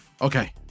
Okay